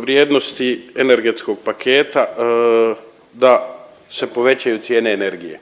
vrijednosti energetskog paketa da se povećaju cijene energije.